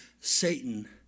Satan